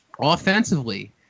Offensively